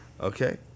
Okay